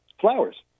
flowers